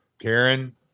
Karen